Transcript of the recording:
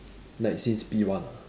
like since P one ah